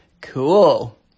Cool